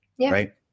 Right